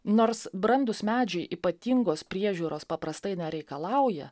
nors brandūs medžiai ypatingos priežiūros paprastai nereikalauja